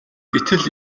гэтэл